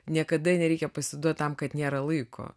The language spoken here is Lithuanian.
niekada nereikia pasiduot tam kad nėra laiko